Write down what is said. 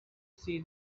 see